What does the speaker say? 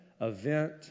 event